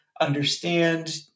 understand